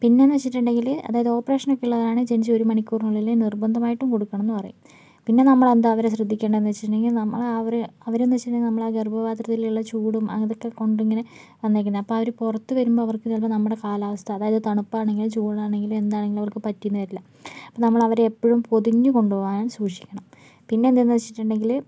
പിന്നെ എന്ന് വെച്ചിട്ടുണ്ടെങ്കിൽ അതായത് ഓപ്പറേഷൻ ഒക്കെ ഉള്ളതാണെങ്കിൽ ജനിച്ച് ഒരു മണിക്കൂറിനുള്ളിൽ നിർബന്ധമായിട്ടും കൊടുക്കണം എന്ന് പറയും പിന്നെ നമ്മൾ എന്താ അവരെ ശ്രദ്ധിക്കേണ്ടത് എന്ന് വെച്ചിട്ടുണ്ടെങ്കിൽ നമ്മൾ അവരെ അവരെ എന്ന് വെച്ചിട്ടുണ്ടെങ്കിൽ നമ്മൾ ആ ഗർഭപാത്രത്തിലുള്ള ചൂടും അതൊക്കെക്കൊണ്ട് ഇങ്ങനെ വന്നേക്കുന്നത് അപ്പോൾ ആ ഒരു പുറത്തു വരുമ്പോൾ അവർക്ക് ചിലപ്പോൾ നമ്മുടെ കാലാവസ്ഥ അതായത് തണുപ്പ് ആണെങ്കിലും ചൂടാണെങ്കിലും എന്താണെങ്കിലും അവർക്ക് പറ്റി എന്നുവരില്ല അപ്പം നമ്മൾ അവരെ എപ്പോഴും പൊതിഞ്ഞു കൊണ്ടുപോകാൻ സൂക്ഷിക്കണം പിന്നെ എന്തെയെന്ന് വെച്ചിട്ടുണ്ടെങ്കിൽ